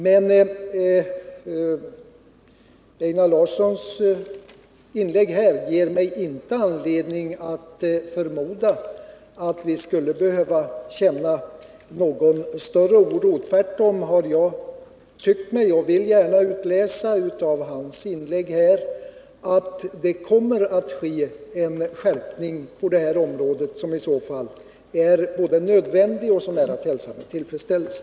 Men Einar Larssons inlägg ger mig inte anledning förmoda att vi skulle behöva känna någon större oro. Tvärtom vill jag gärna utläsa — och har tyckt mig kunna utläsa —-av hans anförande att det kommer att ske en skärpning på det här området, som i så fall är både nödvändig och att hälsa med tillfredsställelse.